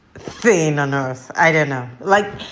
thing on earth, i don't know like,